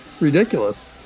ridiculous